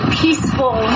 peaceful